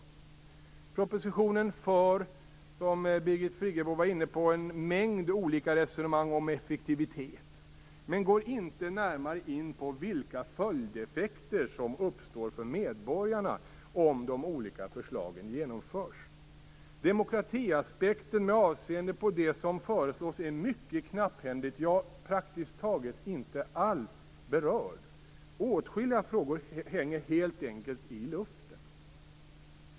I propositionen förs, som Birgit Friggebo var inne på, en mängd olika resonemang om effektivitet, men man går inte närmare in på vilka följdeffekter som uppstår för medborgarna om de olika förslagen genomförs. Demokratiaspekten, med avseende på det som föreslås, är mycket knapphändigt, ja praktiskt taget inte alls, berörd. Åtskilliga frågor hänger helt enkelt i luften.